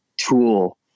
tool